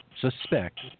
suspect